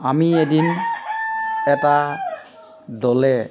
আমি এদিন এটা দলে